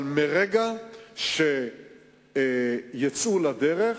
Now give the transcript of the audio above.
אבל מרגע שיצאו לדרך,